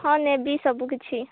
ହଁ ନେବି ସବୁ କିଛି